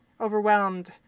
overwhelmed